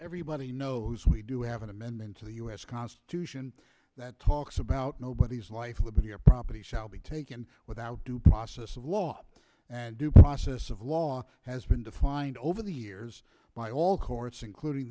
everybody knows we do have an amendment to the u s constitution that talks about nobody's life liberty or property shall be taken without due process of law due process of law has been defined over the years by all courts including